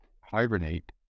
hibernate